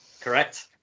Correct